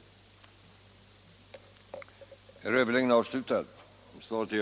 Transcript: den det ej vill röstar nej. den det ej vill röstar nej.